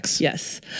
Yes